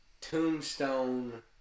tombstone